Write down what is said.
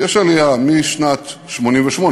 יש עלייה משנת 1988,